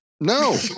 No